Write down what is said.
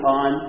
on